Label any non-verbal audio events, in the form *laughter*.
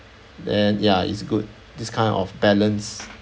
and ya it's good this kind of balance *noise*